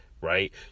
right